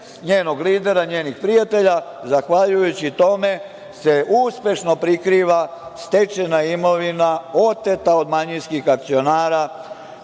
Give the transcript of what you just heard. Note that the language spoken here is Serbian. njenog lidera, njenih prijatelja, zahvaljujući tome se uspešno prikriva stečajna imovina oteta od manjinskih akcionara